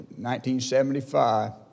1975